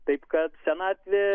taip kad senatvė